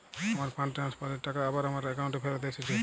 আমার fund transfer এর টাকা আবার আমার একাউন্টে ফেরত এসেছে